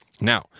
Now